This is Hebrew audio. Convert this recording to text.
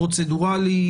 פרוצדורלי,